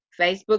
facebook